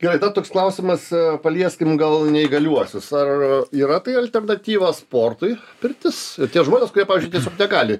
gerai dar toks klausimas palieskim gal neįgaliuosius ar yra tai alternatyva sportui pirtis tie žmonės kurie pavyzdžiui tiesiog negali